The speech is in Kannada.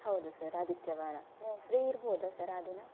ಹೌದು ಸರ್ ಆದಿತ್ಯವಾರ ನೀವು ಫ್ರೀ ಇರ್ಬೋದಾ ಸರ್ ಆ ದಿನ